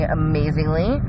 amazingly